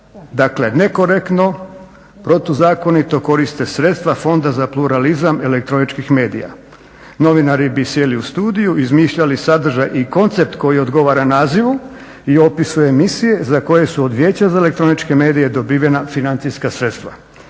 nakladnici nekorektno, protuzakonito koriste sredstva Fonda za pluralizam elektroničkih medija. Novinari bi sjeli u studiju, izmišljali sadržaj i koncept koji odgovara nazivu i opisu emisije za koje su od Vijeća za elektroničke medije dobivena financijska sredstva.